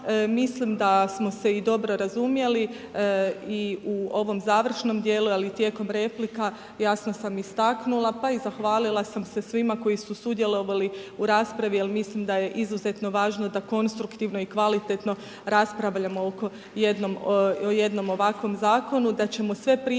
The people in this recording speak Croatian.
Mislim da smo se i dobro razumjeli i u ovom završnom dijelu ali i tijekom replika, jasno sam istaknula pa i zahvalila sam se svima koji su sudjelovali u raspravi, jer mislim da je izuzetno važno da konstruktivno i kvalitetno raspravljamo oko, jednom ovakvom zakonu. Da ćemo sve primjedbe